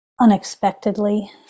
unexpectedly